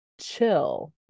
chill